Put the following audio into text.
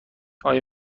آیا